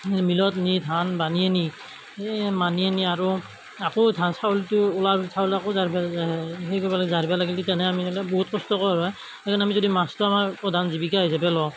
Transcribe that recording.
মিলত নি ধান বানি আনি এই বানি আনি আৰু আকৌ ধান চাউলটো উলাত চাউল আকৌ জাৰবা সেই কৰবা লাগিল জাৰবা লাগিল তিথেনহে আমি বহুত কষ্টকৰ হয় সেইকাৰণে আমি যদি মাছটো আমাৰ প্ৰধান জীৱিকা হিচাপে লওঁ